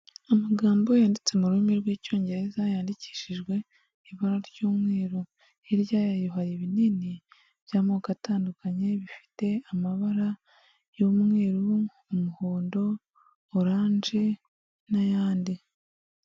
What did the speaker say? Amagambo yanditse mu rurimi rw'Icyongereza, yandikishijwe ibara ry'umweru. Hirya yayo hari ibinini by'amoko atandukanye, bifite amabara y'umweru, umuhondo, oranje n'ayandi.